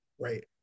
Right